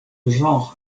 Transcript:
genre